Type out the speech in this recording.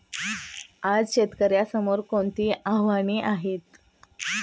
आज शेतकऱ्यांसमोर कोणती आव्हाने आहेत?